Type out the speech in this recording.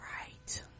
Right